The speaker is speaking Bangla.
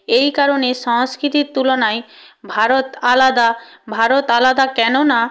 এই কারণে সংস্কৃতির তুলনায় ভারত আলাদা ভারত আলাদা কেননা